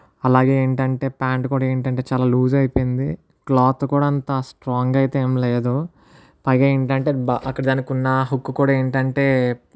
అలాగే ఏంటంటే ప్యాంట్ కూడా ఏంటంటే చాలా లూజ్ అయిపోయింది క్లాత్ కూడా అంత స్ట్రాంగ్గా అయితే ఏం లేదు పైగా ఏంటంటే అక్కడ దానికున్న హుక్ కూడా ఏంటంటే